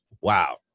Wow